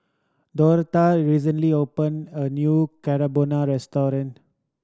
Dorthea recently opened a new Carbonara Restaurant